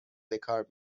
بکار